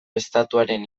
estatuaren